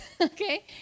okay